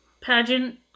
pageant